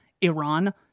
Iran